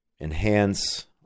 enhance